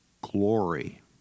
glory